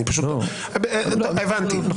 הבנתי.